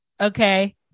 okay